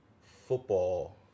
football